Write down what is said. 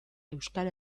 euskal